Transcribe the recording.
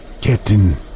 Captain